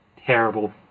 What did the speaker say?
Terrible